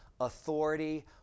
authority